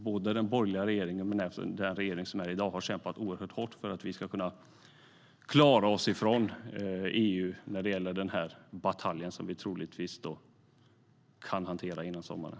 Både den borgerliga regeringen och den regering som vi har i dag har kämpat oerhört hårt för att vi ska kunna klara oss ifrån EU när det gäller denna batalj som vi troligtvis kan hantera före sommaren.